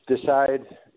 decide